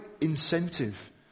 incentive